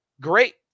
great